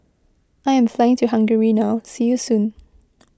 I am flying to Hungary now see you soon